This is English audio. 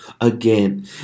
again